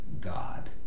God